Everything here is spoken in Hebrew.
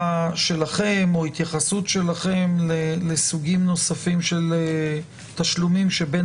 שלכם או התייחסות שלכם לסוגים נוספים של תשלומים שבין